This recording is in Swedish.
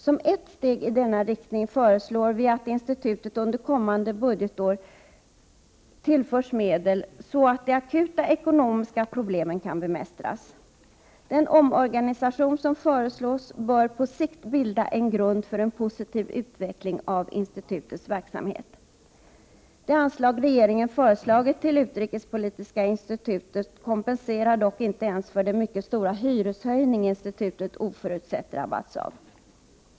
Som ett steg i denna riktning föreslår vi att institutet under kommande budgetår tillförs medel, så att de akuta ekonomiska problemen kan bemästras. Den omorganisation som föreslås bör på sikt bilda en grund för en positiv utveckling av institutets verksamhet. Det anslag regeringen föreslagit till Utrikespolitiska institutet kompenserar dock inte ens för den mycket stora hyreshöjning institutet oförutsett drabbats av.